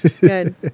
Good